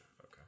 Okay